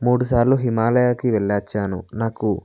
మూడుసార్లు హిమాలయాలకి వెళ్ళి వచ్చాను నాకు